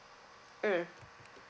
mm